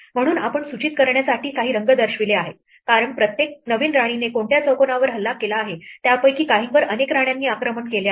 म्हणून आपण सूचित करण्यासाठी काही रंग दर्शवले आहेत कारण प्रत्येक नवीन राणीने कोणत्या चौकोनावर हल्ला केला आहे त्यापैकी काहींवर अनेक राण्यांनी आक्रमण केले आहे